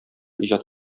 иҗат